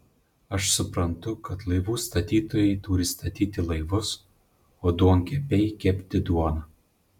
aš suprantu kad laivų statytojai turi statyti laivus o duonkepiai kepti duoną